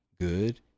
good